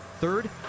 Third